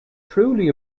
truly